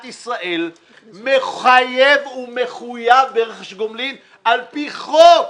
ישראל מחייב ומחויב ברכש גומלין על-פי חוק.